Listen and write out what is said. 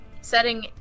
Setting